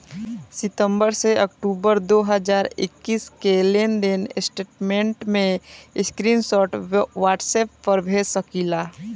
सितंबर से अक्टूबर दो हज़ार इक्कीस के लेनदेन स्टेटमेंट के स्क्रीनशाट व्हाट्सएप पर भेज सकीला?